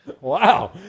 Wow